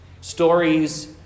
stories